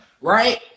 right